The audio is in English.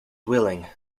willing